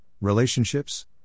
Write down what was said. relationships